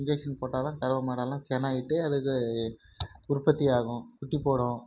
injection போட்டால் தான் கறவை மாடெல்லாம் சினையிட்டு அது உற்பத்தி ஆகும் குட்டிப் போடும்